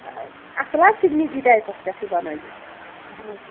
آ اَصٕل حظ سِگنِٹی ٹایپَس پٮ۪ٹھٕے بَنٲوِو اَہن حظ